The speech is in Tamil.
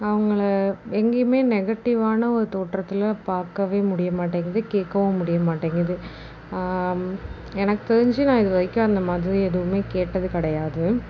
அவங்கள எங்கேயுமே நெகட்டிவான ஒரு தோற்றத்தில் பார்க்கவே முடிய மாட்டேங்குது கேட்கவும் முடிய மாட்டேங்குது எனக்கு தெரிஞ்சு நான் இது வரைக்கும் அந்த மாதிரி எதுவுமே கேட்டது கிடையாது